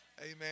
Amen